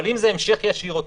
אם זה המשך ישיר,